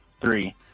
Three